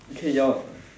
K your